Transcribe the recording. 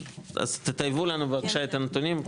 אז תטייבו לנו בבקשה את הנתונים,